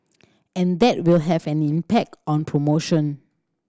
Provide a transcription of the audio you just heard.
and that will have an impact on promotion